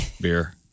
Beer